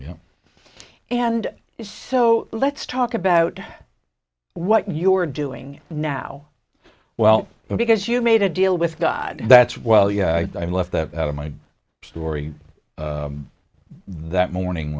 know and so let's talk about what you're doing now well because you made a deal with god that's well yeah i left that out of my story that morning